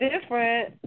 different